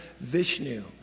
Vishnu